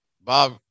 Bob